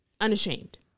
unashamed